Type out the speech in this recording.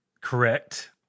Correct